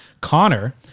Connor